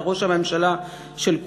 אתה ראש הממשלה של כולנו,